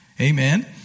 Amen